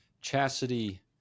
chastity